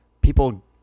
people